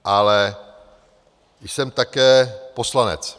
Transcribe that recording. Ale jsem také poslanec.